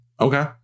Okay